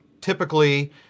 typically